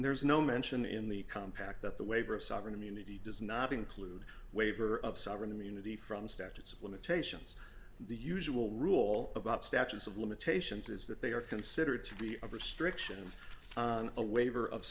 there's no mention in the compact that the waiver of sovereign immunity does not include waiver of sovereign immunity from statutes of limitations the usual rule about statutes of limitations is that they are considered to be a restriction on a waiver of